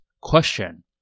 question